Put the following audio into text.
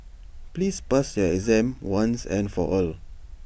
please pass your exam once and for all